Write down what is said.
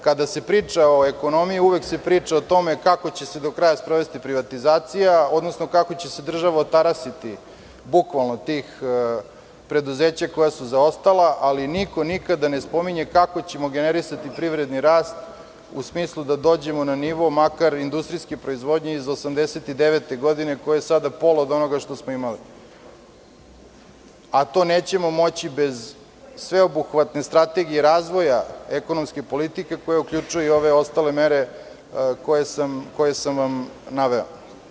Kada se priča o ekonomiji, uvek se priča o tome kako će se do kraja sprovesti privatizacija, odnosno kako će se država otarasiti bukvalno tih preduzeća koja su zaostala, ali niko nikada ne spominje kako ćemo generisati privredni rast u smislu da dođemo na nivo makar industrijske proizvodnje iz 1989. godine, koja je sada pola od onoga što smo imali, a to nećemo moći bez sveobuhvatne strategije razvoja ekonomske politike, koja uključuje i ove ostale mere koje sam naveo.